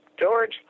George